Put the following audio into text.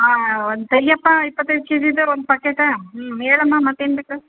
ಹಾಂ ಒಂದು ತೆಗಿಯಪ್ಪ ಇಪ್ಪತ್ತೈದು ಕೇಜಿದು ಒಂದು ಪಕೇಟ ಹ್ಞೂ ಹೇಳಮ್ಮ ಮತ್ತೇನು ಬೇಕು